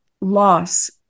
loss